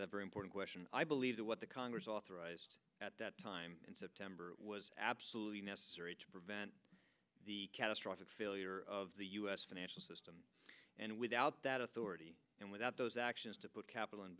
a very important question i believe that what the congress authorized at that time in september was absolutely necessary to prevent the catastrophic failure of the u s financial system and without that authority and without those actions to put capital